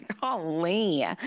golly